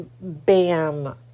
bam